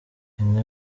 imwe